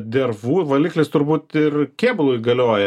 dervų valiklis turbūt ir kėbului galioja nes aš tikrai ne